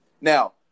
now